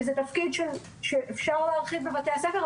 וזה תפקיד שאפשר להרחיב בתי הספר,